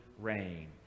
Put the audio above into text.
rain